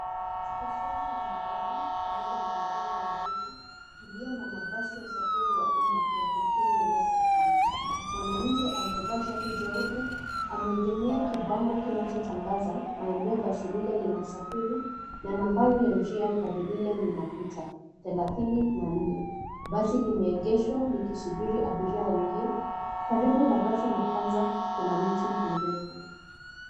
Stesheni ya magari karibu na majengo marefu iliyo na mabasi ya usafiri wa umma ya kampuni ya metro trans. Mwanamke aliyevaa shati jeupe ameegemea kibango kinchotangaza maeneo basi lile linasafiri na nambari ya njia gari lile linapita, thelathi na nne. Basi limeegeshwa likisubiri abiria waingie. karibu na basi la kwanza kuna mti mrefu.